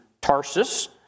Tarsus